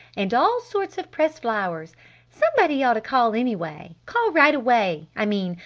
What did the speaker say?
and all sorts of pressed flowers somebody ought to call anyway! call right away, i mean,